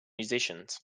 musicians